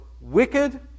wicked